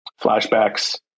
flashbacks